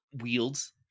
wields